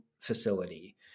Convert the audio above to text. facility